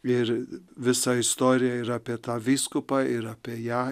ir visa istorija yra apie tą vyskupą ir apie ją